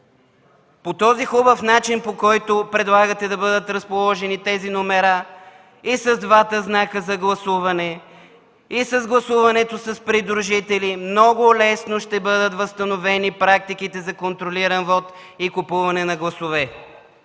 По този хубав начин, по който предлагате да бъдат разположени номерата, и с двата знака за гласуване, и с гласуването с придружители много лесно ще бъдат възстановени практиките за контролиран вот и купуване на гласове!